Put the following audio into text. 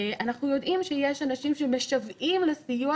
אנחנו יודעים שיש אנשים שמשוועים לסיוע